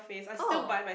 oh